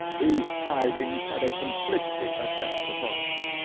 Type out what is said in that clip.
these tidings had a conflicting effect upon me.